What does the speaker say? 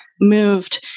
moved